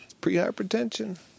Pre-hypertension